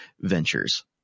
ventures